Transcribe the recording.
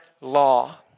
law